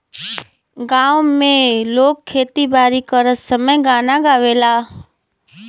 गांव में लोग खेती बारी करत समय गाना गावेलन